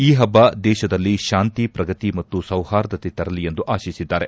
ಈ ಹಬ್ಲ ದೇಶದಲ್ಲಿ ಶಾಂತಿ ಪ್ರಗತಿ ಮತ್ತು ಸೌಹಾರ್ದತೆ ತರಲಿ ಎಂದು ಆಶಿಸಿದ್ದಾರೆ